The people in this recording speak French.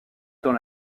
dans